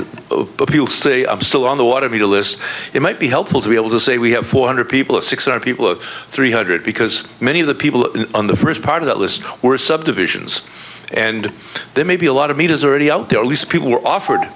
the people say i'm still on the what have you to list it might be helpful to be able to say we have four hundred people or six hundred people three hundred because many of the people on the first part of that list were subdivisions and they may be a lot of meat is already out there at least people were offered